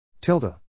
TILDA